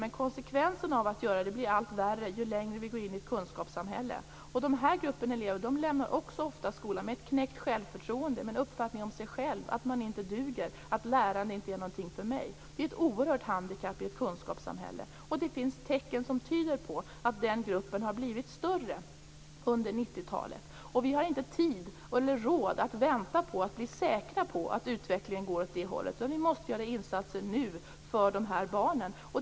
Men konsekvensen av att göra detta blir allt värre ju längre vi går in i ett kunskapssamhälle. Den här gruppen elever lämnar också ofta skolan med ett knäckt självförtroende och en uppfattning av sig själva som säger att de inte duger, att lärande inte är något för dem. Det är ett oerhört handikapp i ett kunskapssamhälle. Och det finns tecken som tyder på att denna grupp har blivit större under 90-talet. Vi har inte tid eller råd att vänta på att bli säkra på att utvecklingen går åt det här hållet. Vi måste göra insatser för de här barnen nu.